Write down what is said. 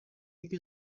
you